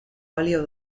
balio